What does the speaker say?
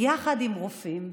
ביחד עם רופאים.